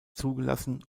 zugelassen